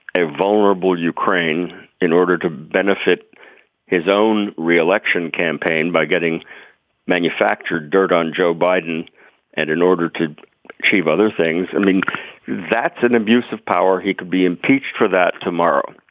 a vulnerable ukraine in order to benefit his own re-election campaign by getting manufactured dirt on joe biden and in order to achieve other things i mean that's an abuse of power. he could be impeached for that tomorrow.